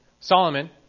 Solomon